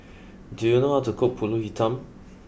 do you know how to cook Pulut Hitam